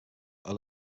are